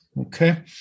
Okay